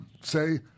say